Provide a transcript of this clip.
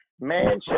Man